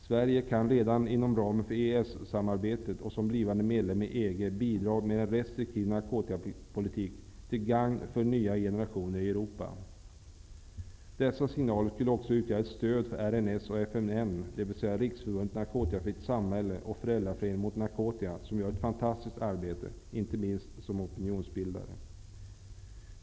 Sverige kan redan inom ramen för EES-samarbetet och som blivande medlem i EG bidra med en restriktiv narkotikapolitik, till gagn för nya generationer i Dessa signaler skulle också utgöra ett stöd för RNS Samhälle och Föräldraföreningen Mot Narkotika, som gör ett fantastiskt arbete, inte minst som opinionsbildare.